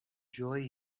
joy